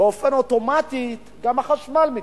באופן אוטומטי גם החשמל מתייקר.